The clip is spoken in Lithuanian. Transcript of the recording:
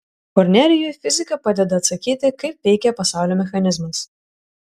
kornelijui fizika padeda atsakyti kaip veikia pasaulio mechanizmas